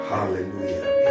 Hallelujah